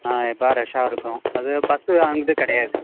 ஆ இப்போலாம் ரஷ்ஷாக இருக்கும் அது பஸ்ஸு அங்கேட்டு கிடையாது